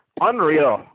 Unreal